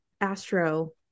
astro